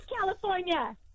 California